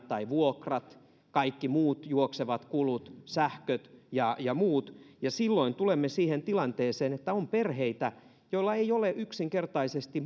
tai vuokrat kaikki muut juoksevat kulut sähköt ja ja muut ja silloin tulemme siihen tilanteeseen että on perheitä joilla ei yksinkertaisesti